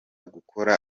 gukora